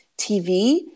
TV